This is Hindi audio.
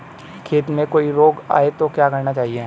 खेत में कोई रोग आये तो क्या करना चाहिए?